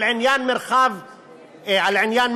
על עניין מרחב המחיה,